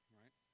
right